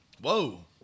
Whoa